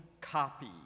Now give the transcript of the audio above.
copy